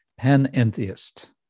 panentheist